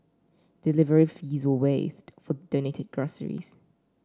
delivery fees are waived for donated groceries